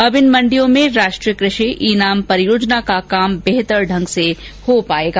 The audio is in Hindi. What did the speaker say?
अब इन मंडियों में राष्ट्रीय कृषि ई नाम परियोजना का काम बेहतर ढंग से हो पायेगा